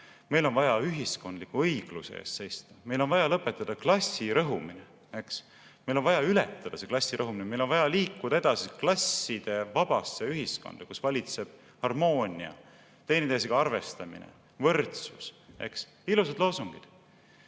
meil on vaja ühiskondliku õigluse eest seista, meil on vaja lõpetada klassirõhumine, meil on vaja ületada klassirõhumine, meil on vaja liikuda edasi klassidevabasse ühiskonda, kus valitseb harmoonia, üksteisega arvestamine, võrdsus. Ilusad loosungid.